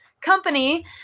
company